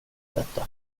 detta